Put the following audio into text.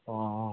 ꯑꯣ